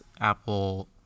Apple